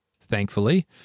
thankfully